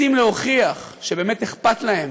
רוצים להוכיח שבאמת אכפת להם